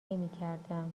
نمیکردم